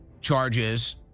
charges